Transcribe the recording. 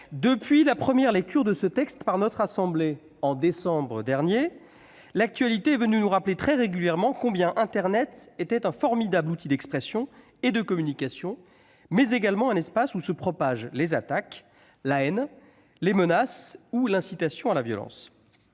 Depuis la première lecture de ce texte par notre assemblée en décembre dernier, l'actualité est venue nous rappeler très régulièrement combien internet était un formidable outil d'expression et de communication, mais également un espace où se propagent les attaques, la haine, les menaces ou l'incitation à la violence.